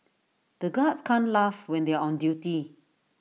the guards can't laugh when they are on duty